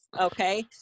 Okay